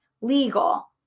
legal